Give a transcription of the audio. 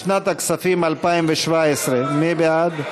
לשנת הכספים 2017. מי בעד?